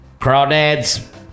crawdads